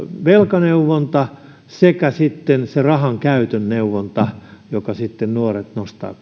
velkaneuvonta sekä se rahankäytön neuvonta joka sitten nuoret nostaa